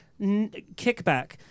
kickback